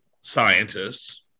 scientists